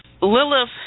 lilith